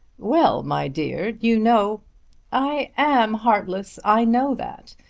well my dear you know i am heartless. i know that.